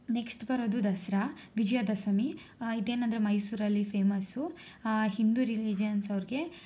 next ಬರೋದು ದಸರಾ ವಿಜಯದಶಮಿ ಇದೇನಂದರೆ ಮೈಸೂರಲ್ಲಿ ಫೇಮಸ್ಸು ಹಿಂದೂ ರಿಲೀಜಿಯನ್ಸ್ ಅವ್ರಿಗೆ